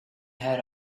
had